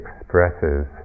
expresses